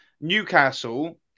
Newcastle